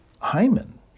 Hyman